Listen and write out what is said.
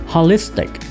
Holistic